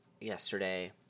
yesterday